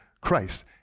Christ